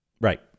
Right